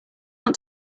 want